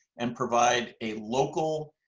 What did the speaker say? and provide a local,